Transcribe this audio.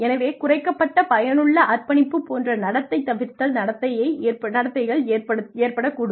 எனவே குறைக்கப்பட்ட பயனுள்ள அர்ப்பணிப்பு போன்ற நடத்தை தவிர்த்தல் நடத்தைகள் ஏற்படக்கூடும்